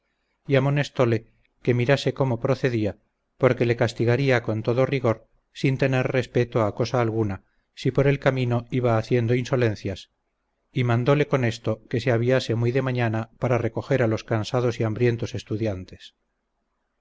y amonestole que mirase cómo procedía porque le castigaría con todo rigor sin tener respeto a cosa alguna si por el camino iba haciendo insolencias y mandole con esto que se aviase muy de mañana para recoger a los cansados y hambrientos estudiantes